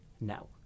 now